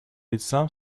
лица